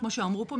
כמו שאמרו פה,